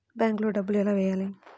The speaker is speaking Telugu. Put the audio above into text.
బ్యాంక్లో డబ్బులు ఎలా వెయ్యాలి?